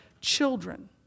children